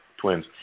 twins